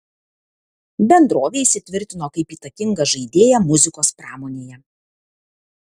bendrovė įsitvirtino kaip įtakinga žaidėja muzikos pramonėje